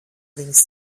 viņas